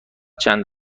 چند